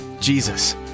Jesus